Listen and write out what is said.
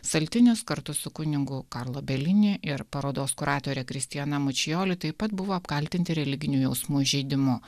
saltinis kartu su kunigu karlo belini ir parodos kuratore kristiana mčioli taip pat buvo apkaltinti religinių jausmų įžeidimu